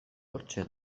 hortxe